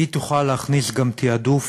היא תוכל להכניס גם תעדוף